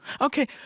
Okay